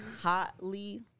hotly